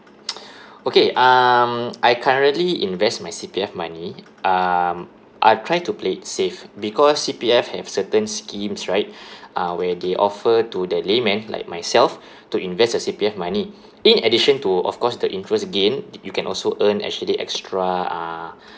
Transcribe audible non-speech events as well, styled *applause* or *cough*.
*noise* *breath* okay um I currently invest my C_P_F money um I try to play it safe because C_P_F have certain schemes right *breath* uh where they offer to the layman like myself *breath* to invest the C_P_F money in addition to of course the interest gained you can also earn actually extra uh